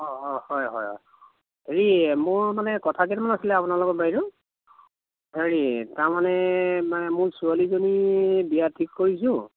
অ অ হয় হয় হেৰি মোৰ মানে কথা কেইটামান আছিলে আপোনাৰ লগত বাইদেউ হেৰি তাৰমানে মোৰ ছোৱালীজনীৰ বিয়া ঠিক কৰিছোঁ